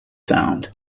sound